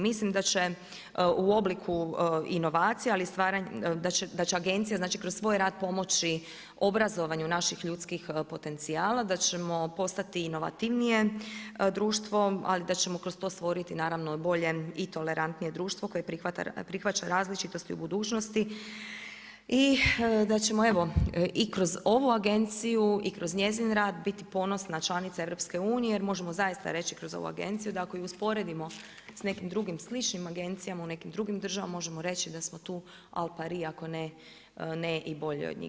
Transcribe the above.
Mislim da će u obliku inovacija, da će agencija kroz svoj rad pomoći obrazovanju naših ljudskih potencijala, da ćemo postati inovativnije društvo ali da ćemo kroz to stvoriti bolje i tolerantnije društvo koje prihvaća različitost u budućnosti i da ćemo evo i kroz ovu agenciju i kroz njezin rad biti ponosna članica EU jer možemo zaista reći kroz ovu agenciju da ako ju usporedimo s nekim drugim sličnim agencijama u nekim drugim državama možemo reći da smo tu al pari ako ne i bolje od njih.